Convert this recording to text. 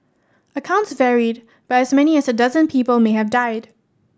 accounts varied but as many as a dozen people may have died